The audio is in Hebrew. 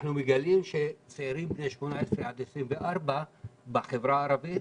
אנחנו מגלים שצעירים בני 18 - 24 בחברה הערבית